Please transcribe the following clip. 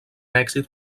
èxit